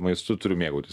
maistu turiu mėgautis